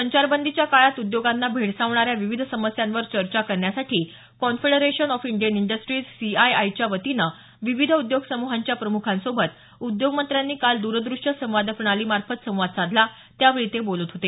संचारबंदीच्या काळात उद्योगांना भेडसावणाऱ्या विविध समस्यांवर चर्चा करण्यासाठी कॉन्फडरेशन ऑफ इंडियन इंडस्ट्रिज सीआयआयच्या वतीनं विविध उद्योग समूहांच्या प्रमुखांसोबत उद्योगमंत्र्यांनी काल द्रदृश्य संवाद प्रणाली मार्फत संवाद साधला त्यावेळी ते बोलत होते